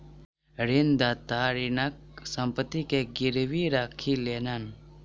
ऋणदाता ऋणीक संपत्ति के गीरवी राखी लेलैन